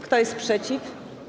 Kto jest przeciw?